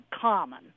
common